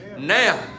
Now